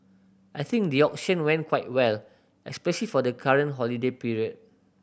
I think the auction went quite well especial for the current holiday period